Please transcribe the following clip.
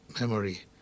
memory